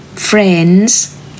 friends